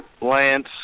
Lance